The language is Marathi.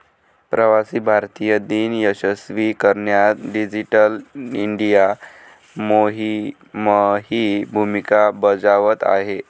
प्रवासी भारतीय दिन यशस्वी करण्यात डिजिटल इंडिया मोहीमही भूमिका बजावत आहे